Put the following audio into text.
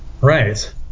right